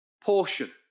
portion